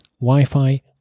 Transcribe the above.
Wi-Fi